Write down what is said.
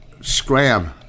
scram